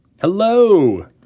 Hello